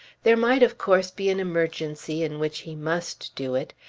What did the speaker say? there might of course be an emergency in which he must do it.